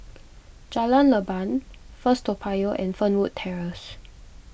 Jalan Leban First Toa Payoh and Fernwood Terrace